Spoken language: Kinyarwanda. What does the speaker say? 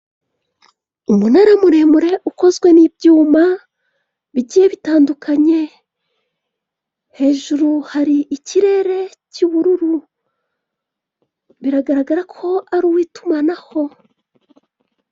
Uburyo bushya bwo kwishyura wifashishije ikoranabuhanga cyangwa apurikasiyo bwakemuye ibintu byinshi cyane nkuko ubona uyu musore witwa ganza arimo arohereza amafaranga niba ntibeshye neza, gusa sibyo byonyine bishobora gukorwa kuko ashobora kwishyura umuriro ndetse n'amazi akoresheje ibindi bivugagwa biri mu mabara y'umuhondo ndetse n'umweru, anateruye telefone ye rwose nta kindi kintu ari gukoresha nkuko ubibona.